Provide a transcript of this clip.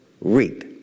reap